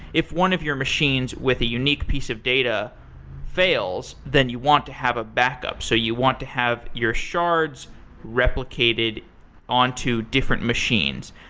if one of your machines with a unique piece of data fails, then you want to have a backup. so you want to have your shards replicated on to different machines.